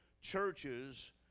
churches—